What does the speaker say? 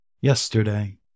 yesterday